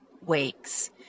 weeks